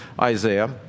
Isaiah